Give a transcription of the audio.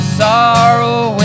sorrow